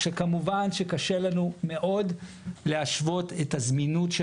כשכמובן שקשה לנו מאוד להשוות את הזמינות של